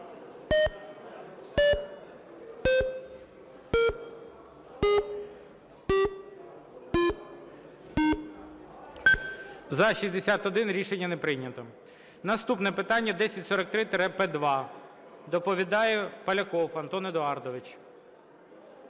За-61 Рішення не прийнято. Наступне питання 1043-П2. Доповідає Поляков Антон Едуардович.